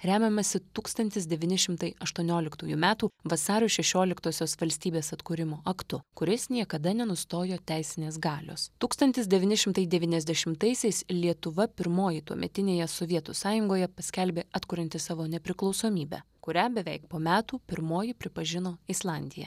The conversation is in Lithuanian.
remiamasi tūkstantis devyni šimtai aštuonioliktųjų metų vasario šešioliktosios valstybės atkūrimo aktu kuris niekada nenustojo teisinės galios tūkstantis devyni šimtai devyniasdešimtaisiais lietuva pirmoji tuometinėje sovietų sąjungoje paskelbė atkurianti savo nepriklausomybę kurią beveik po metų pirmoji pripažino islandija